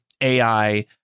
ai